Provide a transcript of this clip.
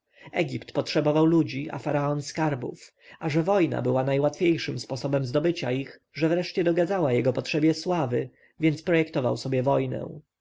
egipt potrzebował ludzi a faraon skarbów a że wojna była najłatwiejszym sposobem zdobycia ich że wreszcie dogadzała jego potrzebie sławy więc projektował sobie wojnę